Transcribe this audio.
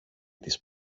της